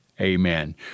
Amen